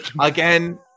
Again